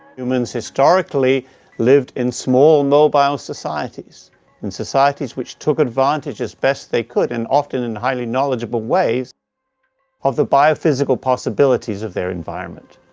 humans historically lived in small, mobile societies and societies, which took advantage as best they could and often in highly knowledgeable ways of the biophysical possibilities of their environment.